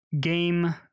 game